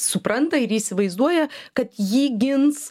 supranta ir įsivaizduoja kad jį gins